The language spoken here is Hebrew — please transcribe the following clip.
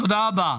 תודה רבה.